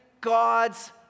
God's